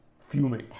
fuming